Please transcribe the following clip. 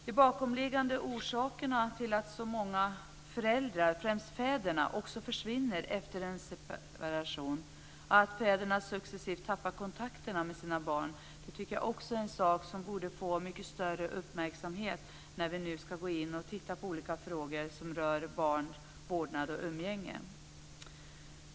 De bakomliggande orsakerna till att så många föräldrar, främst fäder, försvinner och successivt tappar kontakten med sina barn är också något som borde få större uppmärksamhet när vi ska titta på frågor som rör barn, vårdnad och umgänge.